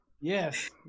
yes